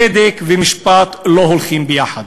צדק ומשפט לא הולכים ביחד.